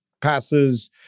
passes